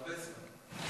הרבה זמן.